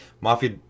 Mafia